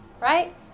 right